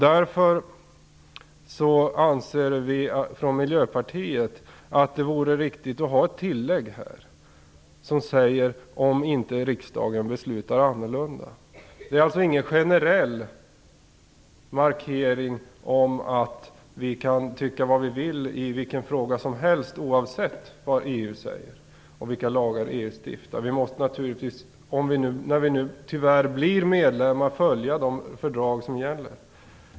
Därför anser vi i Miljöpartiet att det vore riktigt att ha ett tillägg här: om inte riksdagen beslutar annorlunda. Det är alltså inte en generell markering om att vi kan tycka vad vi vill i vilken fråga som helst, oavsett vad EU säger och vilka lagar EU stiftar. Vi måste naturligtvis när vi nu, tyvärr, blir medlemmar följa de fördrag som gäller.